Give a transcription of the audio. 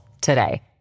today